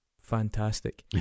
fantastic